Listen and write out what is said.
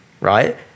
right